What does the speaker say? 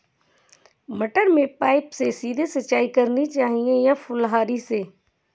मटर में पाइप से सीधे सिंचाई करनी चाहिए या फुहरी से?